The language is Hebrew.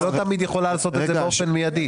לא תמיד יכולה לעשות את זה באופן מיידי.